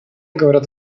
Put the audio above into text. говорят